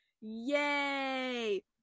Yay